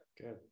good